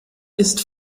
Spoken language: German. ist